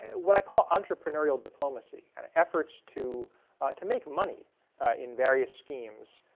what i call entrepreneurial diplomacy and efforts to to make money in various schemes.